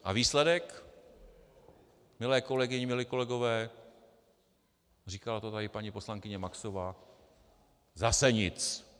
A výsledek, milé kolegyně a milí kolegové říkala to tady paní poslankyně Maxová zase nic.